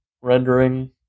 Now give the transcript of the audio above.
rendering